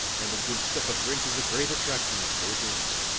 and a good sup of drink is a great attraction, so it is.